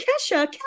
Kesha